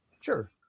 Sure